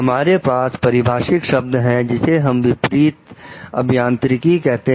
हमारे पास एक परिभाषिक शब्द है जिसे हम विपरीत अभियांत्रिकी कहते हैं